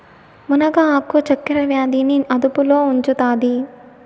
మునగ ఆకు చక్కర వ్యాధి ని అదుపులో ఉంచుతాది